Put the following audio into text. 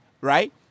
right